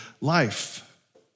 life